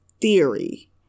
theory